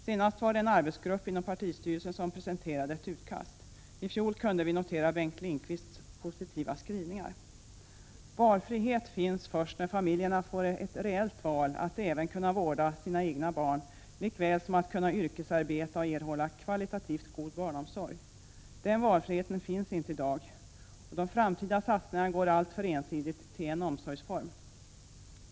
Senast var det en arbetsgrupp inom partistyrelsen som presenterade ett utkast. I fjol kunde vi notera Bengt Lindqvists positiva skrivningar. Valfrihet finns först när familjerna får ett reellt val att även kunna vårda sina egna barn likaväl som att kunna yrkesarbeta och erhålla kvalitativt god barnomsorg. Den valfriheten finns ej i dag och de framtida satsningarna går alltför ensidigt till er omsorgsform.